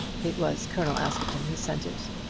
it was colonel askerton who sent it.